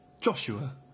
Joshua